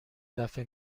دفه